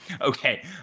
okay